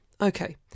okay